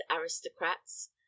aristocrats